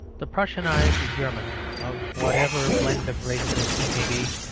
the prussianised german, of whatever blend of races he may be,